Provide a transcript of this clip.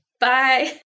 Bye